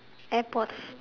airpods